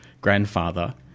grandfather